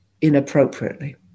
inappropriately